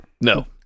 No